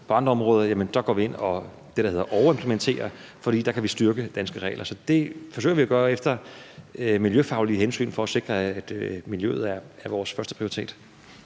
På andre områder går vi ind og gør det, der hedder overimplementerer, for der kan vi styrke de danske regler. Det forsøger vi at gøre efter miljøfaglige hensyn for at sikre, at miljøet er vores førsteprioritet.